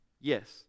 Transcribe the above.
Yes